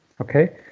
Okay